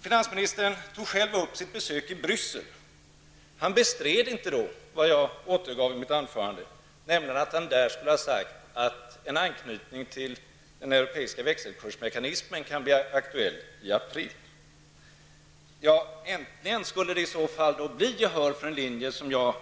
Finansministern tog själv upp sitt besök i Bryssel. Han bestred inte vad jag sade i mitt anförande, nämligen att han där skulle ha sagt att en anknytning till den europeiska växelkursmekanismen kan bli aktuell i april. Äntligen skulle jag i så fall få gehör för den linje som jag